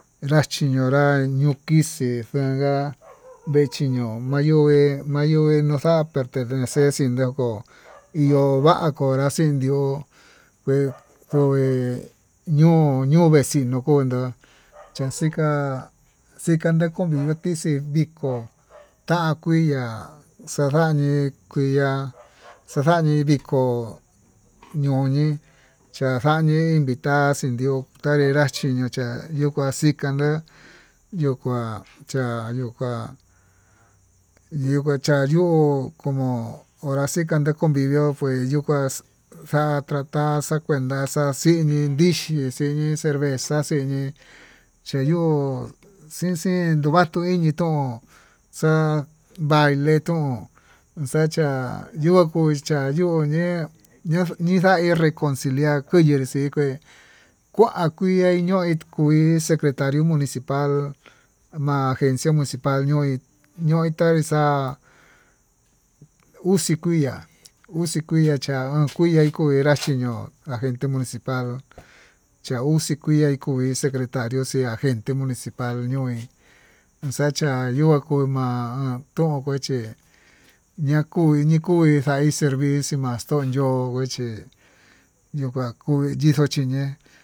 Erachiñonra kuu kixii xanguá vechiño vañuve vañuve nuxa'a pertenecer xinoko, iho kova'a konra xindió kue kue ño'o vexindó kondó chaxika xika nakonviñió tixii vikó ta kuiaxandañi, kuia xaxani vikó ñoñi chaxañi invitar xinrío tanrera cha'a yuu kuá xika'a ndó yó kuá cha yokuá, ñengua chayó komo onrá xika ye covivio pues yukuax xa'a tratar xakuenta xaxiñi ndixhí xhiñi cervesa xiñii ché yo'o xixin xhin ndovato iñitó, xa'a baile tón xa'a yuu xachá yenguu konii ña'a ñinda he reconciliar koya'a xii kua kuia hi ñoo hi kuii, secretario municipal ma'a agencia municipal ñoí ñoí taxa'a uxii kuiá uxii kuiá cha'á o'on kuiya onreya chiño'o agente municipal cha uxi kuia uvee, secretarió chí agente municipal yuu ñoí yuxachá ño'o akumá to akoche ñakuu nakui xaí, servicio macho'o yo'ó kuechi yikua kui yixo'o chiñe'e.